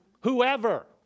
Whoever